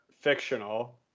fictional